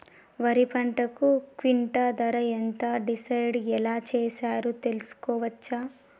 వరి పంటకు క్వింటా ధర ఎంత డిసైడ్ ఎలా చేశారు తెలుసుకోవచ్చా?